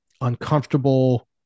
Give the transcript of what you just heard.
uncomfortable